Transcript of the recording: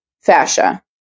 fascia